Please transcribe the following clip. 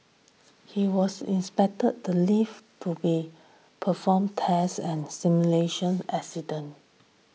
he was inspected the lift to be performed test and simulation accident